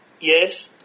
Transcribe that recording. yes